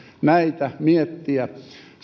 näitä miettiä